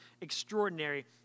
extraordinary